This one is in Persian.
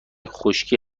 خشکی